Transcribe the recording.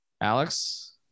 Alex